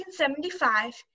1975